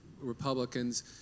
Republicans